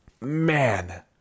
man